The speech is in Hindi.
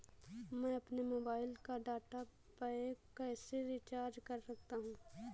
मैं अपने मोबाइल का डाटा पैक कैसे रीचार्ज कर सकता हूँ?